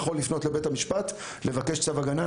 יכול לפנות לבית המשפט לבקש צו הגנה.